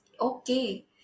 Okay